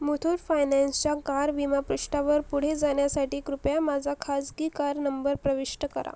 मुथूट फायनॅन्सच्या कार विमा पृष्ठावर पुढे जाण्यासाठी कृपया माझा खाजगी कार नंबर प्रविष्ट करा